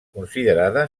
considerada